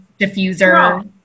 diffuser